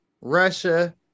Russia